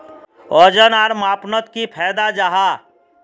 वजन आर मापनोत की फायदा जाहा?